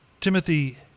Timothy